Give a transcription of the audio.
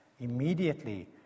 Immediately